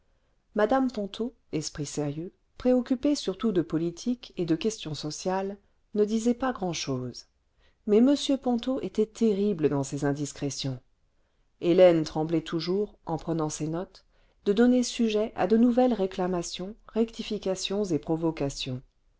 mme ponto esprit sérieux préoccupé surtout de politique et de questions sociales ne disait pas grand'chose mais m ponto était terrible dans ses indiscrétions hélène tremblait toujours en prenant ses notes de donner sujet à de nouvelles réclamations rectifications et provocations